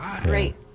great